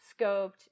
scoped